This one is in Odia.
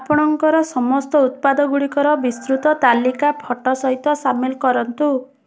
ଆପଣଙ୍କର ସମସ୍ତ ଉତ୍ପାଦ ଗୁଡ଼ିକର ବିସ୍ତୃତ ତାଲିକା ଫଟୋ ସହିତ ସାମିଲ କରନ୍ତୁ